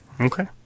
Okay